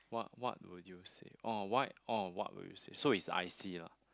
what what will you say oh why oh what will you say so is I_C lah